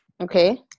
Okay